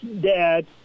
dad